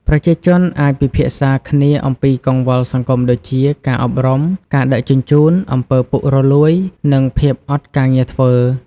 ប្រជាជនអាចពិភាក្សាគ្នាអំពីកង្វល់សង្គមដូចជា ការអប់រំ ការដឹកជញ្ជូន អំពើពុករលួយ និងភាពអត់ការងារធ្វើ។